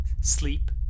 Sleep